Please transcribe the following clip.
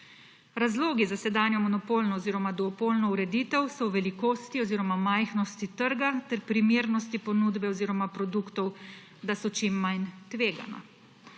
Razlogi za sedanjo monopolno oziroma duopolno ureditev so v velikosti oziroma majhnosti trga ter primernosti ponudbe oziroma produktov, da so čim manj tvegani.